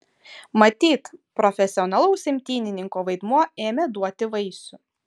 matyt profesionalaus imtynininko vaidmuo ėmė duoti vaisių